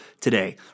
today